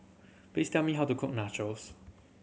please tell me how to cook Nachos